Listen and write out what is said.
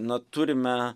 na turime